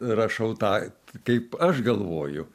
rašau tą kaip aš galvoju